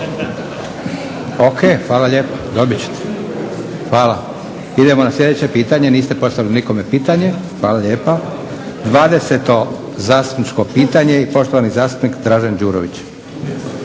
O.k. hvala lijepa. Idemo na sljedeće pitanje. Niste postavili nikome pitanje. Hvala lijepo. Dvadeseto zastupničko pitanje i poštovani zastupnik Dražen Đurović.